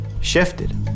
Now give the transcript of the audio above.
shifted